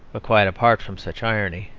but quite apart from such irony,